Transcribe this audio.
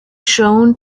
shown